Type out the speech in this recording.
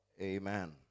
Amen